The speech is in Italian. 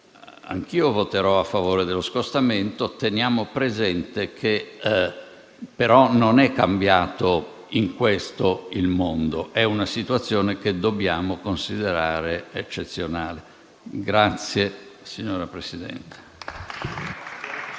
anch'io voterò a favore dello scostamento, ma teniamo presente che non è cambiato, in questo, il mondo: è una situazione che dobbiamo considerare eccezionale. PRESIDENTE.